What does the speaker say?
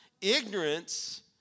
Ignorance